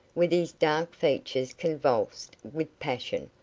with his dark features convulsed with passion.